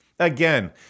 Again